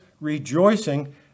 rejoicing